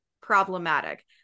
problematic